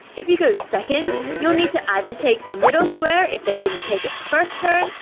if you go second, you'll need to either take the middle square if they didn't take it first turn,